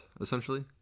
essentially